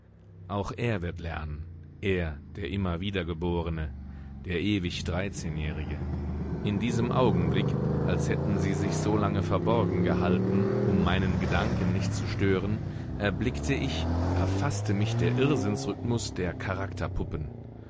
auch er wird lernen er der immer wiedergeborene der ewig dreizehnjährige in diesem augenblick als hätten sie sich so lange verborgen gehalten um meinen gedanken nicht zu stören erblickte ich erfaßte mich der irrsinnsrhythmus der